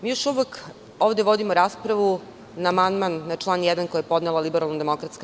Mi još uvek ovde vodimo raspravu na amandman na član 1. koji je podnela LDP.